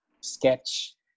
sketch